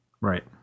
Right